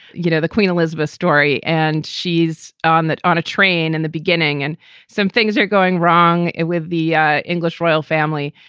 you know, the queen elizabeth story, and she's on that on a train in the beginning. and some things are going wrong with the ah english royal family.